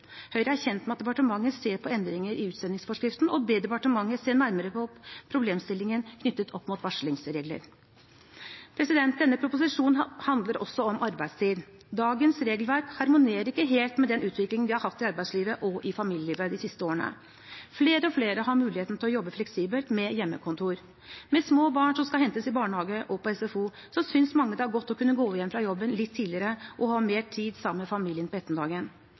Høyre er kjent med at departementet ser på endringer i utsendingsforskriften og ber departementet se nærmere på problemstillingen knyttet opp mot varslingsregler. Denne proposisjonen handler også om arbeidstid. Dagens regelverk harmonerer ikke helt med den utviklingen vi har hatt i arbeidslivet og i familielivet de siste årene. Flere og flere har muligheten til å jobbe fleksibelt med hjemmekontor. Med små barn som skal hentes i barnehage og på SFO, synes mange det er godt å kunne gå hjem fra jobben litt tidligere, ha mer tid sammen med familien på